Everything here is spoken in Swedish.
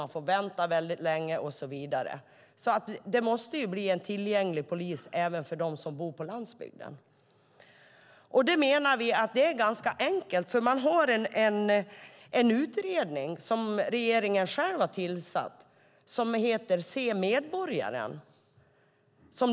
Man får vänta väldigt länge och så vidare. Det måste bli en tillgänglig polis även för dem som bor på landsbygden. Vi menar att det är ganska enkelt. Det finns en utredning som regeringen själv har tillsatt. Den heter Se medborgarna .